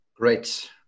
Great